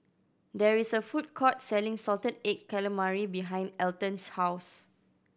there is a food court selling salted egg calamari behind Alton's house